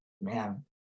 man